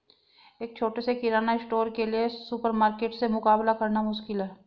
एक छोटे से किराना स्टोर के लिए सुपरमार्केट से मुकाबला करना मुश्किल है